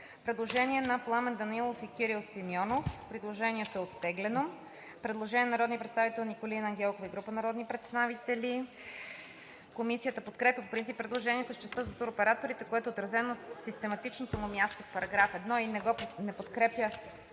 представители Пламен Данаилов и Кирил Симеонов. Предложението е оттеглено. Предложение на народния представител Николина Ангелкова и група народни представители. Комисията подкрепя по принцип предложението в частта за туроператорите, което е отразено на систематичното му място в § 1, и не подкрепя